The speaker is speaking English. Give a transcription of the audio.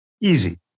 easy